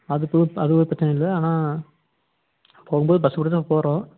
அதுக்கு அது ஒரு பிரச்சனை இல்லை ஆனால் போகும் போது பஸ்ஸு பிடிச்சி தான் போகிறோம்